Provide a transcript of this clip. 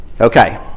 Okay